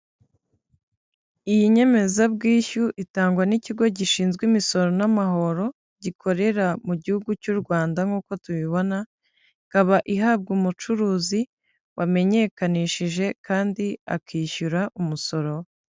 Iyi nyemezabwishyu itangwa n'ikigo gishinzwe imisoro n'amahoro gikorera mu gihugu cy'u Rwanda nk'uko tubibona, ikaba ihabwa umucuruzi wamenyekanishije kandi akishyura umusoro.